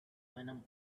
venom